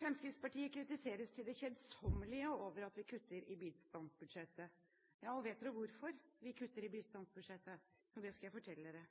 Fremskrittspartiet kritiseres til det kjedsommelige for at vi kutter i bistandsbudsjettet. Ja, og vet dere hvorfor vi kutter i bistandsbudsjettet? Jo, det skal jeg fortelle